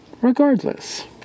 regardless